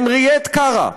הנרייט קרא,